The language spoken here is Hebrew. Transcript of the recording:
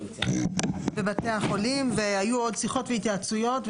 בבתי החולים והיו עוד שיחות והתייעצויות.